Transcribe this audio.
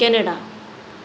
Canada